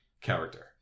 character